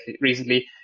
recently